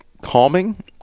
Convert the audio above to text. calming